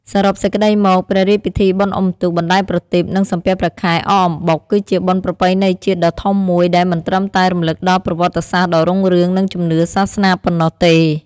សរុបសេចក្តីមក ព្រះរាជពិធីបុណ្យអុំទូក បណ្ដែតប្រទីប និងសំពះព្រះខែ អកអំបុក គឺជាបុណ្យប្រពៃណីជាតិដ៏ធំមួយដែលមិនត្រឹមតែរំលឹកដល់ប្រវត្តិសាស្ត្រដ៏រុងរឿង និងជំនឿសាសនាប៉ុណ្ណោះទេ។